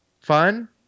fun